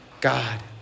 God